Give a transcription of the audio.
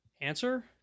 answer